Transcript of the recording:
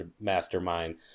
Mastermind